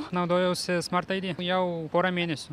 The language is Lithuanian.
naudojausi smart id jau porą mėnesių